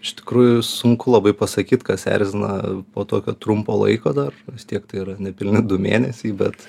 iš tikrųjų sunku labai pasakyt kas erzina po tokio trumpo laiko dar vis tiek tai yra nepilni du mėnesiai bet